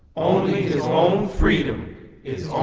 own freedom is on